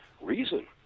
reason